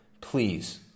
please